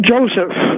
Joseph